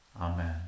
Amen